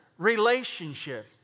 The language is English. relationship